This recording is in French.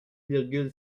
virgule